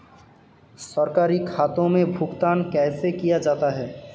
सरकारी खातों में भुगतान कैसे किया जाता है?